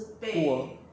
孤儿